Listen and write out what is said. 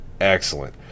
Excellent